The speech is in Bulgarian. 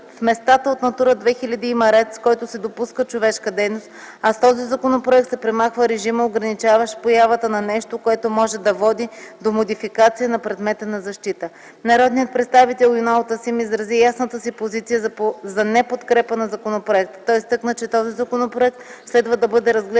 в местата от „Натура 2000” има ред, с който се допуска човешка дейност, а с този законопроект се премахва режима ограничаващ появата на нещо, което може да води до модификация на предмета на защита. Народният представител Юнал Тасим изрази ясната си позиция за неподкрепа на законопроекта. Той изтъкна, че този законопроект следва да бъде разглеждан